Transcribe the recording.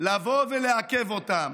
לבוא ולעכב אותם,